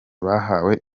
bahawe